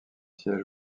siège